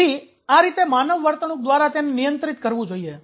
તેથી આ રીતે માનવ વર્તણૂક દ્વારા તેને નિયંત્રિત કરવું જોઈએ